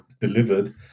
delivered